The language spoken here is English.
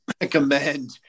recommend